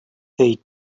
they